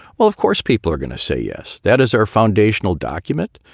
well, of course, people are going to say, yes, that is our foundational document.